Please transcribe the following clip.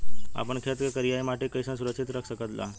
आपन खेत के करियाई माटी के कइसे सुरक्षित रख सकी ला?